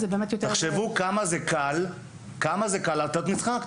תחשבו כמה זה קל ופשוט להטות משחק.